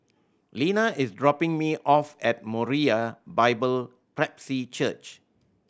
Lena is dropping me off at Moriah Bible Presby Church